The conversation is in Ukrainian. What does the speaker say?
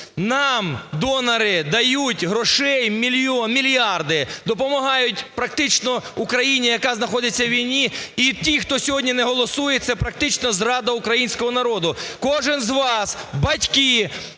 Нам донори дають грошей мільярди, допомагають практично Україні, яка знаходиться у війні. І ті, хто сьогодні не голосує, це практично зрада українського народу. Кожен з вас – батьки,